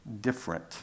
different